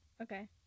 Okay